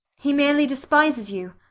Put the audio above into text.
he merely despises you.